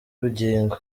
bugingo